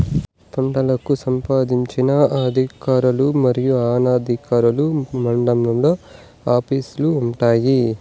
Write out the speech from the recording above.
పంటలకు సంబంధించిన అధికారులు మరియు అనధికారులు మండలాల్లో ఆఫీస్ లు వుంటాయి?